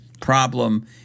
problem